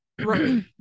Right